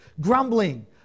grumbling